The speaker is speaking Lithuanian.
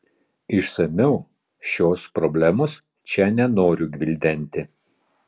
išsamiau šios problemos čia nenoriu gvildenti